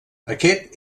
aquest